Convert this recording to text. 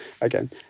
again